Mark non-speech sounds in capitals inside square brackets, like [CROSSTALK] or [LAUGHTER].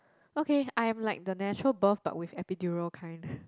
okay I'm like the natural birth but with epidural kind [BREATH]